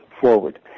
forward